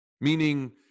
Meaning